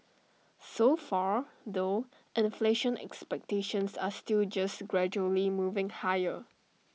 so far though inflation expectations are still just gradually moving higher